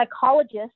psychologist